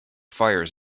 fires